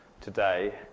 today